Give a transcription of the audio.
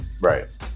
right